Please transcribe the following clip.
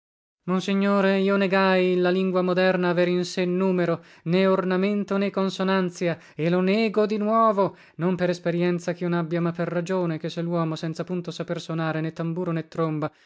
laz monsignore io negai la lingua moderna aver in sé numero né ornamento né consonanzia e lo nego di nuovo non per esperienzia chio nabbia ma per ragione ché se luomo senza punto saper sonare né tamburo né tromba